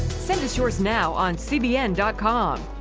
send us yours now on cbn com.